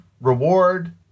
reward